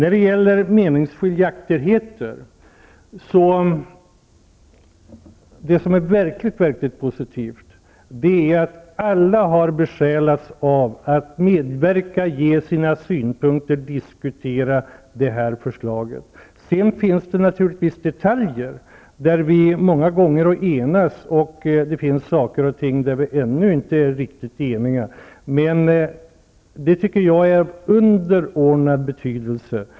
Beträffande meningsskiljaktigheter är det mycket positivt att alla har besjälats av en vilja att medverka, komma med synpunkter och diskutera. Det finns många detaljer som vi har enats kring, men det kvarstår naturligtvis delar som vi ännu inte har blivit riktigt eniga om. Det tycker jag emellertid är av underordnad betydelse.